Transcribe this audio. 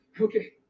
okay